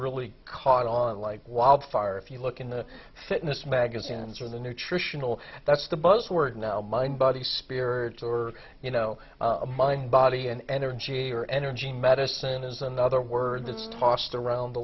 really caught on like wildfire if you look in the fitness magazines or in the nutritional that's the buzz word now mind body spirit or you know a mind body an energy or energy medicine is another word that's tossed around a